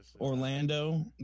orlando